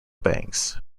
banks